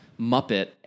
Muppet